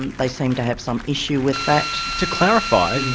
and they seemed to have some issue with that. to clarify,